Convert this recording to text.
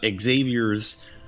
xavier's